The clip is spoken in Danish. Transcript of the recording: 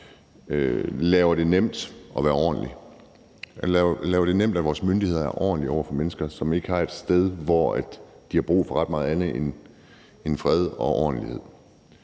gør det nemt at være ordentlig, gør det nemt for vores myndigheder at være ordentlige over for mennesker, som ikke har brug for ret meget andet end fred og ordentlighed.